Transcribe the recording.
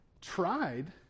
tried